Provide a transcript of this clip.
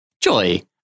Joy